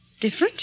Different